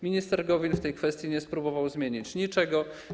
Minister Gowin w tej kwestii nie spróbował zmienić niczego.